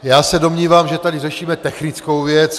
Já se domnívám, že tady řešíme technickou věc.